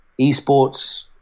esports